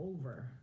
over